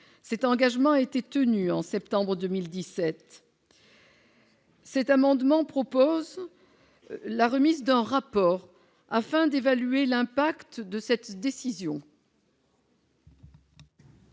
Cet engagement a été tenu en septembre 2017. Par cet amendement, nous proposons que soit remis un rapport afin d'évaluer l'impact de cette décision.